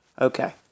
Okay